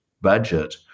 budget